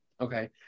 Okay